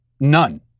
none